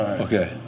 Okay